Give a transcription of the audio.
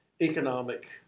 economic